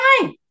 time